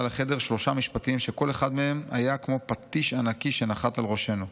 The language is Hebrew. החדר שלושה משפטים שכל אחד מהם היה כמו פטיש ענקי שנחת על ראשינו.